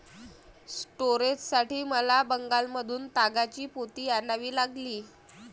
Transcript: स्टोरेजसाठी मला बंगालमधून तागाची पोती आणावी लागली